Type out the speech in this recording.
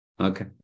Okay